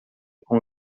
com